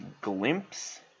glimpse